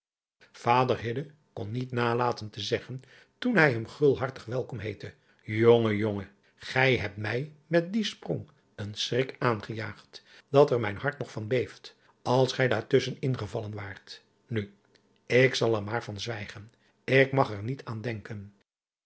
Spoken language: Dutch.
ader kon niet nalaten te zeggen toen hij hem driaan oosjes zn et leven van illegonda uisman gulhartig welkom heette ongen jongen gij hebt mij met dien sprong een schrik aangejaagd dat er mijn hart nog van beeft als gij daar tusschen in gevallen waart nu ik zal er maar van zwijgen k mag er niet aan denken